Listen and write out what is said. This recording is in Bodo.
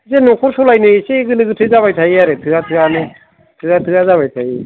बिदिनो नखर सलायनो एसे गोनो गोथो जाबाय थायो आरो थोया थोयानो थोया थोया जाबाय थायो